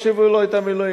אז לא החשיבו לו את המילואים.